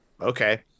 okay